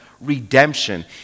redemption